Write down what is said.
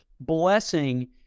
blessing